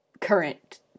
current